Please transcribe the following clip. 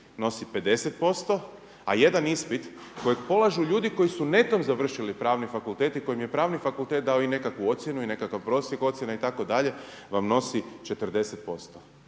nosi 50%, a jedan ispit kojeg polažu ljudi koji su netom završili pravni fakultet i kojim je pravni fakultet dao i nekakvu ocjenu i nekakav prosjek ocjena itd. vam nosi 40%.